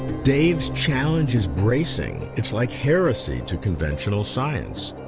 dave's challenge is bracing. it's like heresy to conventional science.